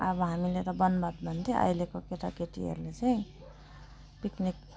अब हामीले त वनभात भन्थ्यो अहिलेको केटाकेटीहरूले चाहिँ पिकनिक